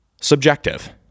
subjective